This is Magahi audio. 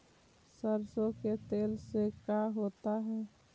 सरसों के तेल से का होता है?